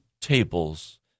tables